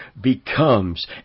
becomes